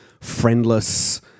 Friendless